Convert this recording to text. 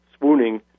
swooning